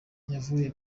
yavuye